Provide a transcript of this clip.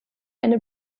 eine